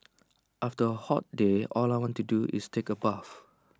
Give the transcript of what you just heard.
after A hot day all I want to do is take A bath